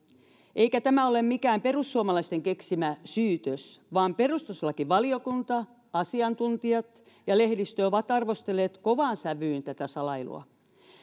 eikä tämä ole mikään perussuomalaisten keksimä syytös vaan perustuslakivaliokunta asiantuntijat ja lehdistö ovat arvostelleet kovaan sävyyn tätä salailua